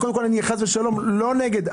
אני חס ושלום לא נגד.